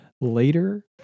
later